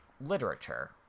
literature